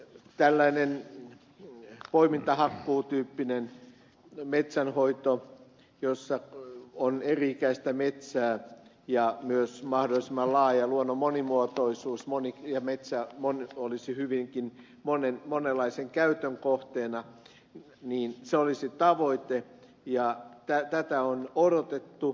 tällainen poimintahakkuutyyppinen metsänhoito jossa on eri ikäistä metsää ja myös mahdollisimman laaja luonnon monimuotoisuus ja metsä olisi hyvinkin monenlaisen käytön kohteena olisi tavoite ja tätä on odotettu